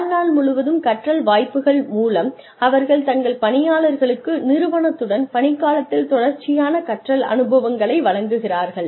வாழ்நாள் முழுவதும் கற்றல் வாய்ப்புகள் மூலம் அவர்கள் தங்கள் பணியாளர்களுக்கு நிறுவனத்துடன் பணிக்காலத்தில் தொடர்ச்சியான கற்றல் அனுபவங்களை வழங்குகிறார்கள்